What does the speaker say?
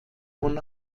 von